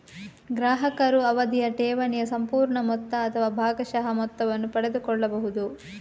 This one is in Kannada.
ಗ್ರಾಹಕರು ಅವಧಿಯ ಠೇವಣಿಯ ಸಂಪೂರ್ಣ ಮೊತ್ತ ಅಥವಾ ಭಾಗಶಃ ಮೊತ್ತವನ್ನು ಪಡೆದುಕೊಳ್ಳಬಹುದು